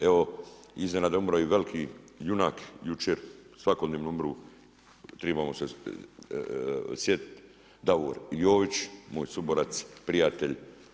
Evo iznenada je umro i veliki junak jučer, svakodnevno umiru tribamo se sjetiti Davor Jović, moj suborac, prijatelj.